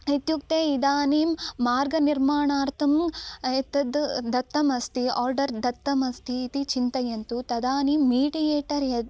इत्युक्ते इदानीं मार्गनिर्माणार्थं एतद् दत्तम् अस्ति ओर्डर् दत्तमस्ति इति चिन्तयन्तु तदानीं मीडियेटर् यद्